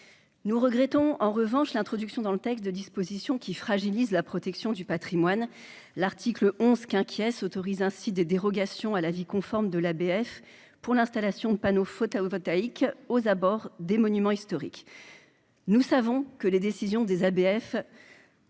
nous regrettons en revanche l'introduction dans le texte de dispositions qui fragilise la protection du Patrimoine, l'article onze qu'inquiet s'autorise ainsi des dérogations à l'avis conforme de l'ABF pour l'installation de panneaux photovoltaïques aux abords des monuments historiques, nous savons que les décisions des ABF